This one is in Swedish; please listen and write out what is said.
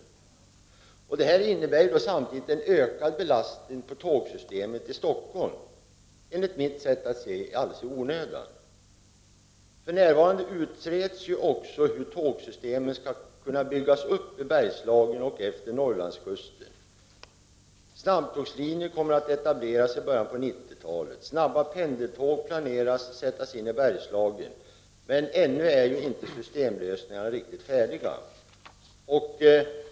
49 Detta innebär samtidigt en ökad belastning på tågsystemet i Stockholm — enligt mitt sätt att se alldeles i onödan. För närvarande utreds det hur tågsystemet i Bergslagen och efter Norrlandskusten skall kunna byggas upp. Snabbtågslinjer kommer att etableras i början av 90-talet, och snabba pendeltåg planeras att sättas in i Bergslagen. Men ännu är ju systemlösningarna inte riktigt färdiga.